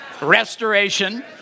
Restoration